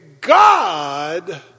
God